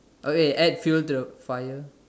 okay add fuel to the fire